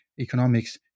economics